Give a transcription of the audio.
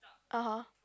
(aha)